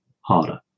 harder